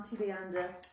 Leander